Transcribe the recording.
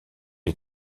les